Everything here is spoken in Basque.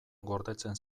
gordetzen